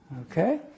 Okay